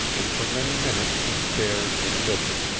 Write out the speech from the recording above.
and for many minutes he stared and listened,